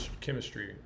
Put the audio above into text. chemistry